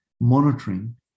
monitoring